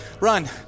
Run